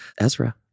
Ezra